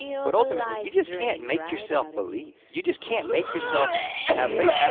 but ultimately, you just can't make yourself believe. you just can't make yourself have faith.